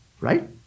Right